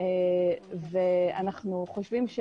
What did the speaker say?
אנו חושבים,